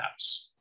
apps